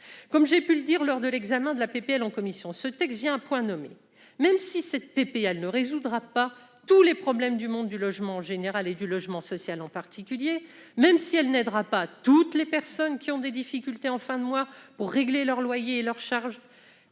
Comme j'ai pu le souligner lors de l'examen de la proposition de loi en commission, ce texte vient à point nommé. Même s'il ne résoudra pas tous les problèmes du monde du logement en général et du logement social en particulier, même s'il n'aidera pas toutes les personnes qui ont des difficultés en fin de mois pour régler leur loyer et leurs charges,